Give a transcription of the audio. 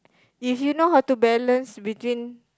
if you know how to balance between